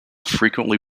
frequently